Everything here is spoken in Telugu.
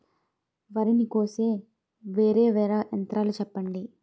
వరి ని కోసే వేరా వేరా యంత్రాలు చెప్పండి?